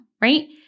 Right